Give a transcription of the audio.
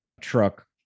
truck